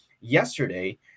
yesterday